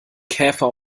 käfer